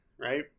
right